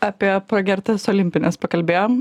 apie pragertas olimpines pakalbėjom